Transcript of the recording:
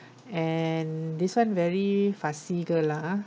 and this one very fussy girl lah